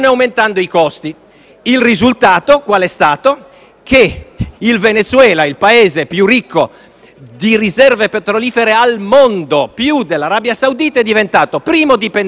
Il risultato è stato che il Venezuela, il Paese più ricco di riserve petrolifere al mondo (più dell'Arabia Saudita), è diventato il primo dipendente dal